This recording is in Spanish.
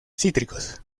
cítricos